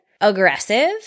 aggressive